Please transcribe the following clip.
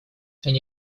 они